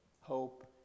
hope